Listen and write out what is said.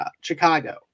Chicago